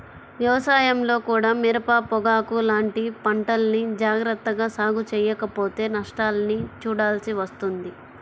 వ్యవసాయంలో కూడా మిరప, పొగాకు లాంటి పంటల్ని జాగర్తగా సాగు చెయ్యకపోతే నష్టాల్ని చూడాల్సి వస్తుంది